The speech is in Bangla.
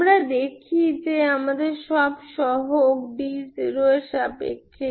আমরা দেখি যে আমাদের সব সহগ d0 এর সাপেক্ষে